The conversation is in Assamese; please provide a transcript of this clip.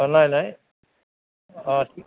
নাই নাই অঁ ঠিক